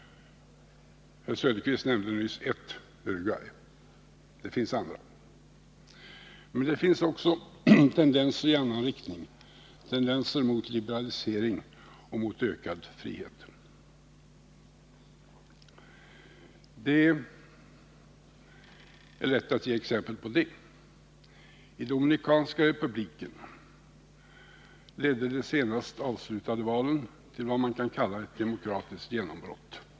Herr Söderqvist nämnde nyss ett — Uruguay — och det finns andra. Men det finns också tendenser i annan riktning, tendenser innebärande liberalisering och ökad frihet. Det är lätt att ge exempel på det. I Dominikanska republiken ledde de senast avslutade valen till vad man kan kalla ett demokratiskt genombrott.